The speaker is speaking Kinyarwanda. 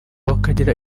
bakagira